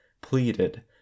pleaded